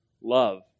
love